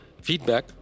feedback